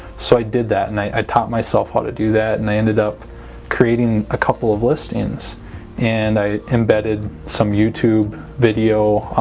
so i did that and i taught myself how to do that and i ended up creating a couple of listings and i embedded some youtube video